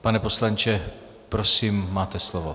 Pane poslanče, prosím, máte slovo.